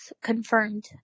confirmed